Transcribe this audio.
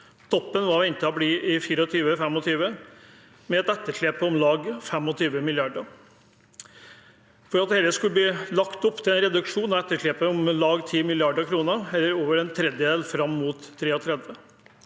Toppen var ventet å bli i 2024–2025, med et etterslep på om lag 25 mrd. kr, og det skulle bli lagt opp til en reduksjon av etterslepet på om lag 10 mrd. kr, eller over en tredjedel, fram mot 2033.